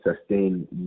sustain